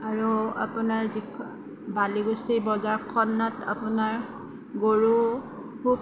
আৰু আপোনাৰ বালিকুচি বজাৰখনত আপোনাৰ গৰু খুব